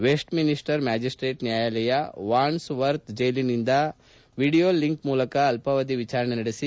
Westminster magistrate ನ್ಯಾಯಾಲಯ Wandsworth ಜೈಲಿನಿಂದ video link ಮೂಲಕ ಅಲ್ಪಾವಧಿ ವಿಚಾರಣೆ ನಡೆಸಿ